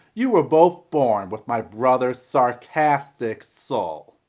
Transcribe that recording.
you were both born with my brother's sarcastic soul.